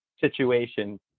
situation